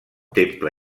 temple